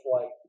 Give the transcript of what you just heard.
flight